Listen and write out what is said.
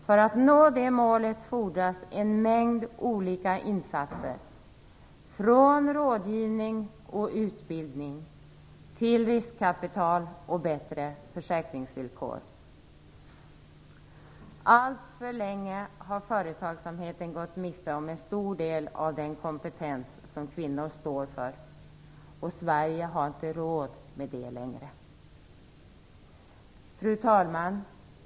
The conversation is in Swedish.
För att nå det målet fordras en mängd olika insatser från rådgivning och utbildning till riskkapital och bättre försäkringsvillkor. Allt för länge har företagsamheten gått miste om en stor del av den kompetens som kvinnor står för. Sverige har inte råd med det längre. Fru talman!